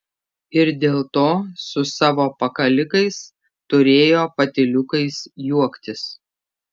ir dėl to su savo pakalikais turėjo patyliukais juoktis